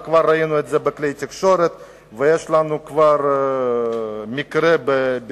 וכבר ראינו את זה בכלי התקשורת וכבר יש לנו מקרה בבאר-שבע.